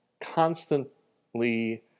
constantly